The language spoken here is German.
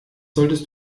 solltest